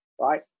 Right